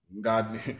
God